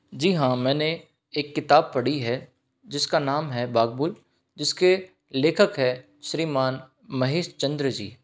जी हाँ मैंने एक किताब पढ़ी है जिस का नाम है बाबुल जिस के लेखक है श्रीमान महेश चन्द्र जी